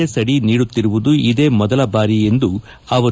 S ಅಡಿ ನೀಡುತ್ತಿರುವುದು ಇದೇ ಮೊದಲ ಬಾರಿ ಎಂದರು